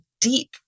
deep